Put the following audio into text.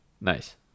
Nice